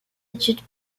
études